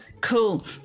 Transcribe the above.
Cool